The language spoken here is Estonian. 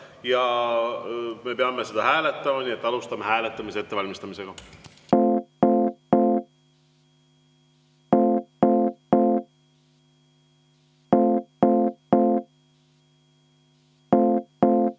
ja me peame seda hääletama, nii et alustame hääletamise ettevalmistamist. Head